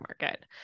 market